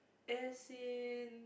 as in